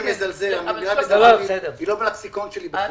שמזלזל, המילה מזלזל היא לא בלקסיקון שלי בכלל.